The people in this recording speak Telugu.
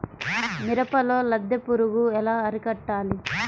మిరపలో లద్దె పురుగు ఎలా అరికట్టాలి?